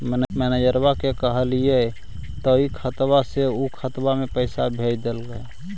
मैनेजरवा के कहलिऐ तौ ई खतवा से ऊ खातवा पर भेज देहै?